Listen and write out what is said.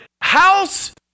house